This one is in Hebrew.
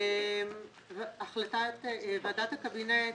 ועדת הקבינט